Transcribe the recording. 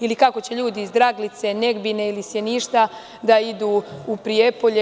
Ili kako će ljudi iz Draglice, Negbine ili Sjeništa da idu u Prijepolje.